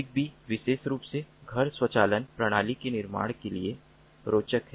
Zwave विशेष रूप से घर स्वचालन प्रणाली के निर्माण के लिए रोचक है